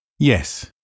Yes